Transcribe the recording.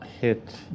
hit